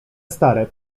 stare